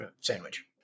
Sandwich